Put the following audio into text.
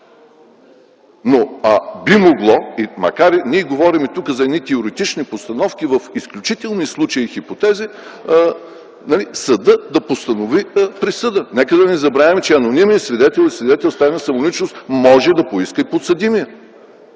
постанови присъда. Ние говорим тук за едни теоретични постановки в изключителни случаи и хипотези съдът да постанови присъдата. Нека да не забравяме, че анонимен свидетел и свидетел с тайна самоличност може да поиска и подсъдимият.